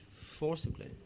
forcibly